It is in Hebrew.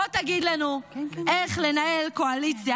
בוא תגיד לנו איך לנהל קואליציה,